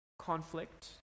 conflict